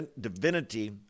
divinity